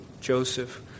Joseph